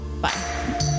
bye